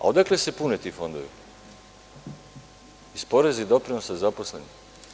Odakle se pune ti fondovi, iz poreza i doprinosa zaposlenih?